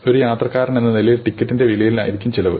ഒരു യാത്രക്കാരനെന്ന നിലയിൽ ടിക്കറ്റിന്റെ വിലയായിരിക്കും ചെലവ്